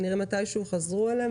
כנראה מתישהו חזרו אליהם,